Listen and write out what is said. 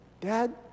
Dad